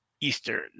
Eastern